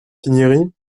cinieri